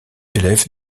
élève